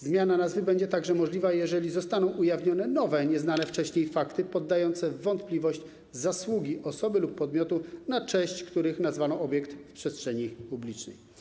Zmiana nazwy będzie także możliwa, jeżeli zostaną ujawnione nowe, nieznane wcześniej fakty poddające w wątpliwość zasługi osoby lub podmiotu, na cześć których nazwano obiekt w przestrzeni publicznej.